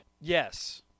Yes